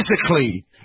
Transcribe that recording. physically